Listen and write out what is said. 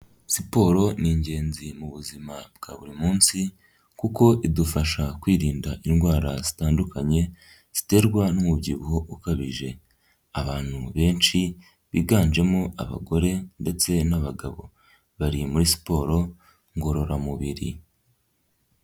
Siporo ni ingenzi mu buzima bwa buri munsi kuko idufasha kwirinda indwara zitandukanye ziterwa n'umubyibuho ukabije, abantu benshi biganjemo abagore ndetse n'abagabo bari muri siporo ngororamubiri.